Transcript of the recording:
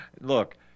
Look